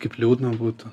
kaip liūdna būtų